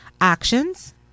actions